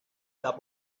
the